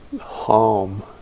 harm